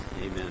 amen